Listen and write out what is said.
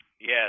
Yes